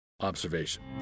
observation